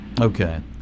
okay